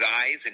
eyes